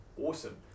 awesome